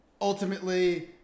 Ultimately